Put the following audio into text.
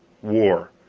war,